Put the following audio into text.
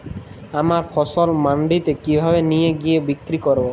আমার ফসল মান্ডিতে কিভাবে নিয়ে গিয়ে বিক্রি করব?